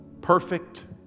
Perfect